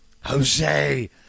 Jose